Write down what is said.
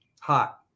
hot